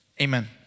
Amen